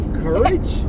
courage